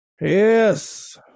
Yes